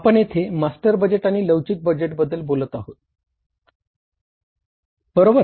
आपण येथे master budget आणि लवचिक बजेट बद्दल बोलत आहोत बरोबर